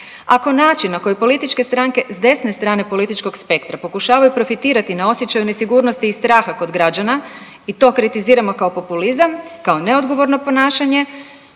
Ako način na koji političke stranke s desne strane političkog spektra pokušavaju profitirati na osjećaju nesigurnosti i straha kod građana i to kritiziramo kao populizam, kao neodgovorno ponašanje